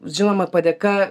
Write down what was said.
žinoma padėka